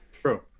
true